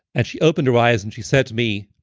and she opened her eyes and she said to me,